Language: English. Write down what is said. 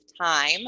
time